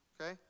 okay